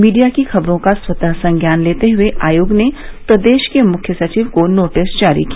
media की खबरों का स्वतः संज्ञान लेते हुए आयोग ने प्रदेश के मुख्य सचिव को नोटिस जारी किया